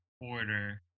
order